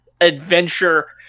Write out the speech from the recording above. adventure